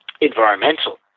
environmental